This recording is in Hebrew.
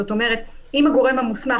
זאת אומרת שאם הגורם המוסמך,